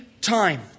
time